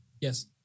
Yes